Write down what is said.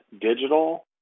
digital